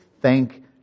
Thank